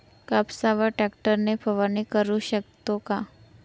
कापसावर ट्रॅक्टर ने फवारणी करु शकतो का?